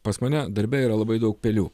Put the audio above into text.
pas mane darbe yra labai daug pelių